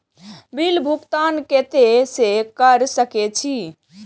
Bill भुगतान केते से कर सके छी?